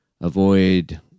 Avoid